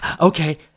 okay